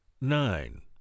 nine